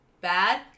Bad